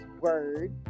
word